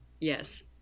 yes